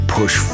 push